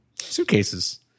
suitcases